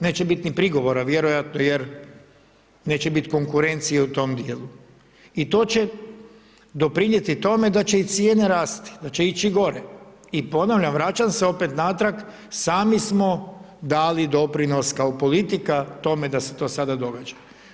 Neće bit ni prigovora vjerojatno jer neće biti konkurencije u tom djelu i to će doprinijeti tome i cijene rasti, da će ići gore i ponavljam, vraćam se opet natrag, sami smo dali doprinos kao politika tome da se to sada događa.